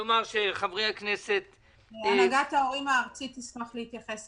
הנהגת ההורים רוצה להתייחס.